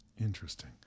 Interesting